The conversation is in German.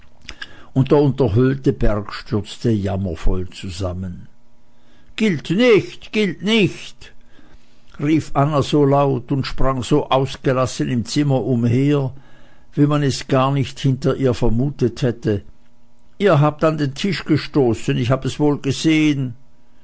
und der unterhöhlte berg stürzte jammervoll zusammen gilt nicht gilt nicht rief anna so laut und sprang so ausgelassen im zimmer umher wie man es gar nicht hinter ihr vermutet hätte ihr habt an den tisch gestoßen ich hab es wohl gesehen